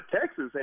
Texas